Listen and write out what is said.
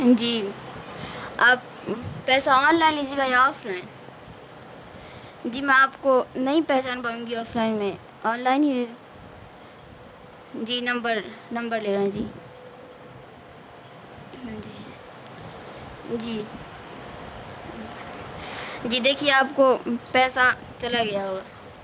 جی آپ پیسہ online لیجیے گا یا آف لائن جی میں آپ کو نہیں پہچان پاؤں گی آف لائن میں آن لائن ہی جی نمبر نمبر لے رہے ہیں جی جی جی دیکھیے آپ کو پیسہ چلا گیا ہوگا